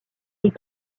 est